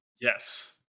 yes